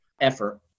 effort